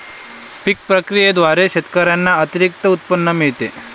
पीक प्रक्रियेद्वारे शेतकऱ्यांना अतिरिक्त उत्पन्न मिळते